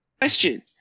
Question